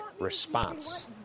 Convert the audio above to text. response